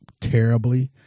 terribly